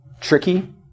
Tricky